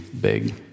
big